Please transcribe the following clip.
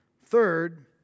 Third